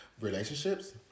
relationships